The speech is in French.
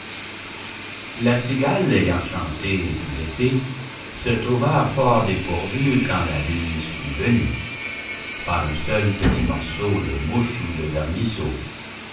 la cigale ayant chanté tout l'été se trouva fort dépourvue quand la bise fut venue pas un seul petit morceau de mouche ou de vermisseau